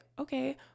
okay